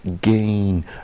gain